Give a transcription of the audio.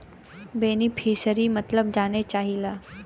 बेनिफिसरीक मतलब जाने चाहीला?